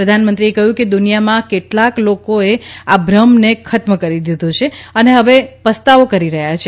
પ્રધાનમંત્રીએ કહ્યું કે દુનિયામાં કેટલાક લોકોએ આ ભ્રમ ને ખત્મ કરી દીધો છે અને હવે પસ્તાવો કરી રહ્યા છે